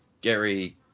Gary